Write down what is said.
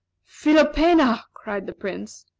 philopena! cried the prince.